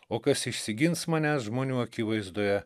o kas išsigins manęs žmonių akivaizdoje